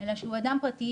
אלא שהוא אדם פרטי,